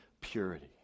purity